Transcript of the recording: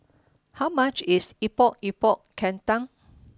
how much is Epok Epok Kentang